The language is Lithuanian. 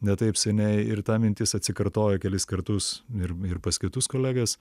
ne taip seniai ir ta mintis atsikartojo kelis kartus ir ir pas kitus kolegas